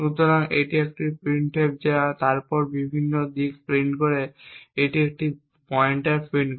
সুতরাং এটি একটি printf যা তারপর বিভিন্ন দিক প্রিন্ট করে এটি একটি পয়েন্টার প্রিন্ট করে